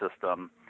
system